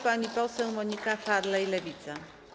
Pani poseł Monika Falej, Lewica.